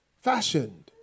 fashioned